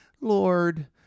Lord